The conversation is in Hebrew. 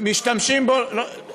יש מורים שלא קיבלו שכר מאוקטובר.